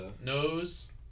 nose